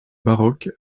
baroque